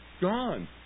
Gone